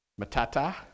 Matata